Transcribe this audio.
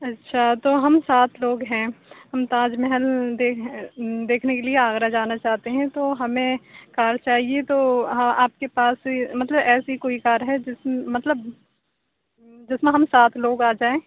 اچھا تو ہم سات لوگ ہیں ہم تاج محل دیکھ دیکھنے کے لیے آگرہ جانا چاہتے ہیں تو ہمیں کار چاہیے تو ہاں آپ کے پاس مطلب ایسی کوئی کار ہے جس مطلب جس میں ہم سات لوگ آجائیں